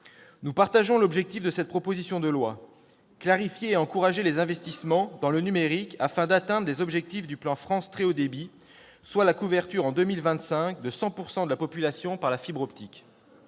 Nous partageons l'objectif de cette proposition de loi : clarifier et encourager les investissements dans le numérique afin d'atteindre les objectifs du plan France très haut débit, soit la couverture en 2025 de 100 % de la population par la fibre optique.